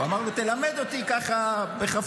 הוא אמר לו: תלמד אותי ככה בחפיף,